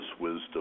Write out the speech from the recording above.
Wisdom